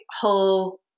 whole